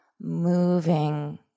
moving